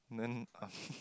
then